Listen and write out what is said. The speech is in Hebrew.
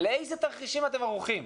לאיזה תרחישים אתם ערוכים?